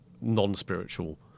non-spiritual